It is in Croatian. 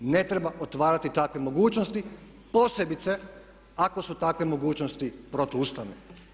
Ne treba otvarati takve mogućnosti posebice ako su takve mogućnosti protu ustavne.